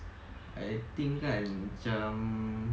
I think kan macam